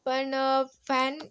पण फॅन